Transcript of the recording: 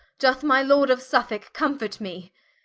doth my lord of suffolke comfort me?